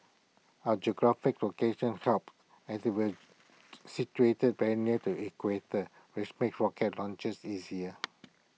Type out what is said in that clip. our geographical location helps as we are situated very near the equator which makes rocket launches easier